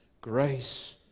grace